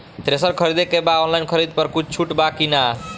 Thresher खरीदे के बा ऑनलाइन खरीद पर कुछ छूट बा कि न?